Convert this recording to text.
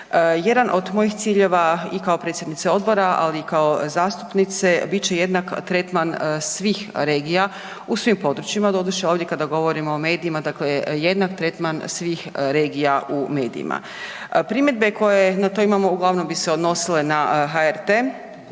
Jedan od mojih ciljeva i kao predsjednica odbora, ali i kao zastupnice bit će jednak tretman svih regija u svim područjima, doduše, ovdje kada govorimo o medijima, dakle, jednak tretman svih regija u medijima. Primjedbe koje na to imamo uglavnom bi se odnosile na HRT,